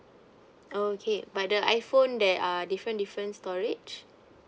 okay but the iphone there are different different storage